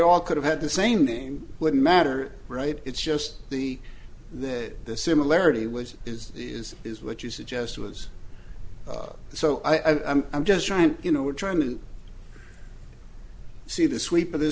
all could have had the same name wouldn't matter right it's just the that the similarity was is is is what you suggested was so i'm i'm just trying to you know we're trying to see the sweep of the